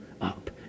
up